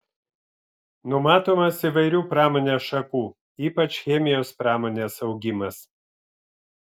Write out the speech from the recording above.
numatomas įvairių pramonės šakų ypač chemijos pramonės augimas